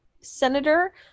senator